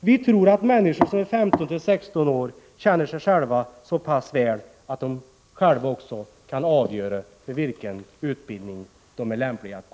Vi tror att människor som är 15-16 år känner sig själva så pass väl att de kan avgöra vilken utbildning som är lämplig för dem.